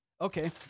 Okay